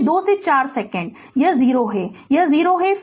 फिर 2 से 4 सेकंड यह 0 है तो यह 0 है